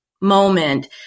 moment